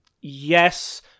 yes